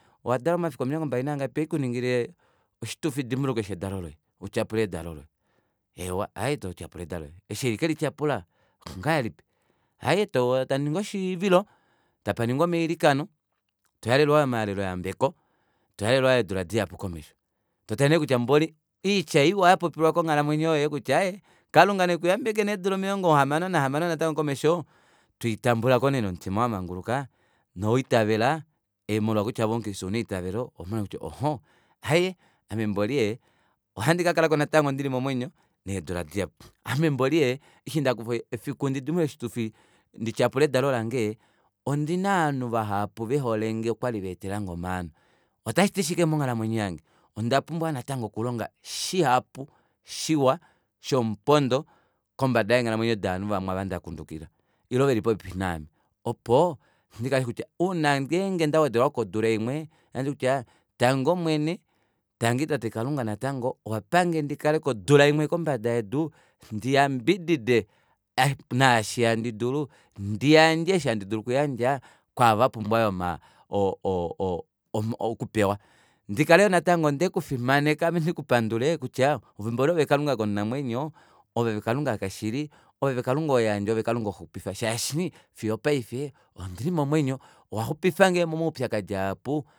Owadalwa momafiku ombilongo mbali nangapi ohaikuningile oshitufidimbuluko utyapule edalo loye eewa aaye twatyapula edalo lange eshi haikelityapula ongahelipi aaye tamuningi oshivilo tapaningwa omailikano tohalelwa yoo omahalelo yambeko tohalelwa yoo eedula dihapu komesho totale neekutya mboli oitya iwa yapopilwa konghalamwenyo yoye kutya aaye kalunga nekuyambeke needula omilongo hamano nahamano natango komesho toitambulako nee nomutima wamanguluka nowa itavela molwa kutya ove omu christe ouna etavelo ohh ame mboli ee ohandi kakalako natango ndili momwenyo meendula dihapu ame mboli ee eshindakufa efiku ndidimbuluke oshitufi ndityapule edalo lange ee ondina ovanhu vahapu veholenge nokwali vaetelange omaano otashiti shike monghalamwenyo yange ondapumbwa yoo natango okulonga shihapu shiwa shomupondo kombada yeenghalamwenyo dovanhu vamwe ava ndakundukila ile veli popepi naame opo ndikale ndishi kutya uuna ngenge ndawedelwako odula imwe ohandi popi kutya tangi omwene tangi tate kalunga natango owapange ndikaleko odula imwe kombada yedu ndiyambidide naashi handi dulu ndiyande eshi handidulu okuyandja kwaava vapumbwa yoo oma o- o- o okupewa ndikale yoo natango ndekufimaneka ame ndikupandule kutya mboli oove kalunga komunamwenyo oove kalunga kashili oove kalunga hoyandje oove kalunga hoxupifa shaashi fiyo opaife ondili momwenyo owaxupifange momaupyakadi mahapu